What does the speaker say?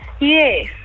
Yes